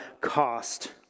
cost